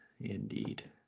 indeed